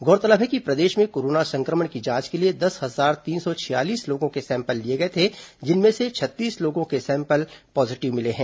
गौरतलब है कि प्रदेश में कोरोना संक्रमण की जांच के लिए दस हजार तीन सौ छियालीस लोगों के सैंपल लिए गए थे जिनमें से छत्तीस लोगों के सैंपल पॉजीटिव मिले हैं